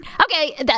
Okay